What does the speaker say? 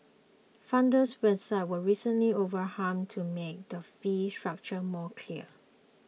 frontier's website was recently overhauled to make the fee structure more clear